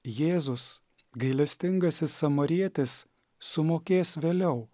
jėzus gailestingasis samarietis sumokės vėliau